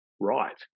right